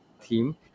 theme